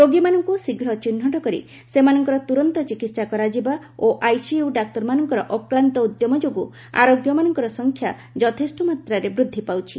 ରୋଗୀମାନଙ୍କୁ ଶୀଘ୍ୱ ଚିହ୍ରଟକରି ସେମାନଙ୍କର ତୂରନ୍ତ ଚିକିତ୍ସା କରାଯିବା ଓ ଆଇସିୟୁ ଡାକ୍ତରମାନଙ୍କର ଅକ୍ଲାନ୍ତ ଉଦ୍ୟମ ଯୋଗୁଁ ଆରୋଗ୍ୟମାନଙ୍କ ସଂଖ୍ୟା ଯଥେଷ୍ଟ ମାତାରେ ବୃଦ୍ଧି ପାଉଛି